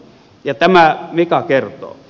tämä mika kertoo